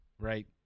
right